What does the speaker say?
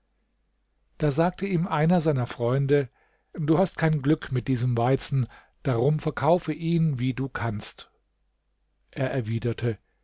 da sagte ihm einer seiner freunde du hast kein glück mit diesem weizen drum verkaufe ihn wie du kannst er erwiderte